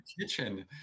kitchen